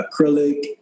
acrylic